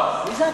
לא, מי זה "אתם"?